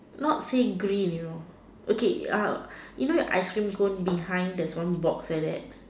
not say green you know okay uh you know ice cream cone behind there's like one box like that